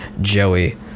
Joey